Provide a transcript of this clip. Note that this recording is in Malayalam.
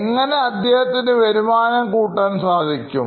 എങ്ങനെ അദ്ദേഹത്തിൻറെ വരുമാനം കൂട്ടാൻ സാധിക്കും